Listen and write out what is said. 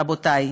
רבותי,